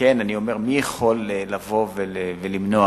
מי יכול לבוא ולמנוע